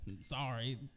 sorry